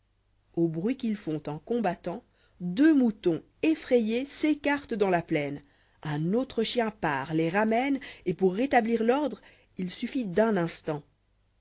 au bruit qu'ils font en combattant deux moutons effrayés s'écartent dans la plaine un autre chien part les ramène et pour rétablir l'ordre il suffît d'un instant